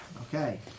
Okay